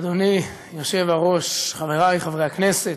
אדוני היושב-ראש, חברי חברי הכנסת,